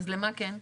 אז למה כן?